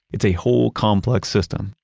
it's a whole complex system.